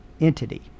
entity